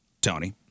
Tony